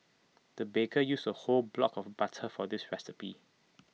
the baker used A whole block of butter for this recipe